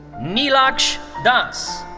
nilaksh das.